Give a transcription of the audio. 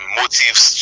motives